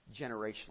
generationally